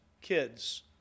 kids